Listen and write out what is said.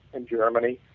and germany,